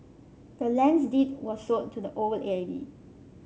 the land's deed was sold to the old lady